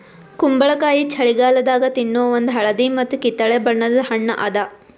ಕುಂಬಳಕಾಯಿ ಛಳಿಗಾಲದಾಗ ತಿನ್ನೋ ಒಂದ್ ಹಳದಿ ಮತ್ತ್ ಕಿತ್ತಳೆ ಬಣ್ಣದ ಹಣ್ಣ್ ಅದಾ